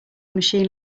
machine